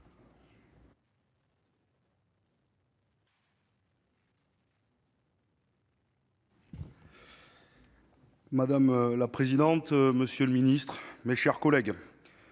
Madame la présidente, monsieur le ministre, mes chers collègues,